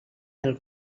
del